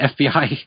FBI